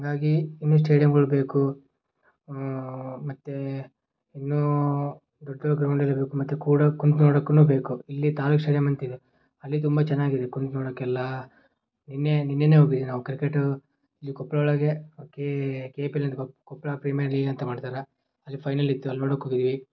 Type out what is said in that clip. ಹಾಗಾಗಿ ಇನ್ನೂ ಸ್ಟೇಡಿಯಮ್ಮುಗಳು ಬೇಕು ಮತ್ತೆ ಇನ್ನೂ ದೊಡ್ಡ ದೊಡ್ಡ ಗ್ರೌಂಡ್ ಇರಬೇಕು ಮತ್ತು ಕೂಡೋ ಕುಂತು ನೋಡೋಕ್ಕೂನು ಬೇಕು ಇಲ್ಲಿ ತಾಲೂಕು ಸ್ಟೇಡಿಯಮ್ ಅಂತಿದೆ ಅಲ್ಲಿ ತುಂಬ ಚೆನ್ನಾಗಿದೆ ಕುಂತು ನೋಡೋಕ್ಕೆಲ್ಲ ನಿನ್ನೆ ನಿನ್ನೇನೆ ಹೋಗ ಬೇಕಿತ್ತು ನಾವು ಕ್ರಿಕೆಟ್ ಇಲ್ಲಿ ಕೊಪ್ಪಳೊಳಗೆ ಕೆ ಪಿ ಎಲ್ ಅಂತ ಕೊಪ್ಪಳ ಪ್ರೀಮಿಯರ್ ಲೀಗ್ ಅಂತ ಮಾಡ್ತಾರೆ ಅಲ್ಲಿ ಫೈನಲಿತ್ತು ಅಲ್ಲಿ ನೋಡೋಕೆ ಹೋಗಿದ್ವಿ